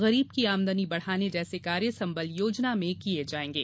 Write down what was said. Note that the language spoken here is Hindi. गरीब की आमदनी बढ़ाने जैसे कार्य संबल योजना में किये जाएंगे